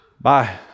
Bye